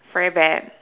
very bad